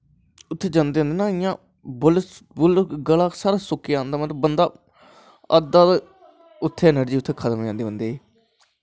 उत्थें जंदैं मतलव गला पूरा सुक्की जंदा अद्धें दी अनर्जी खत्म होई जंदी उत्थें